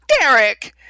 Derek